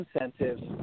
incentives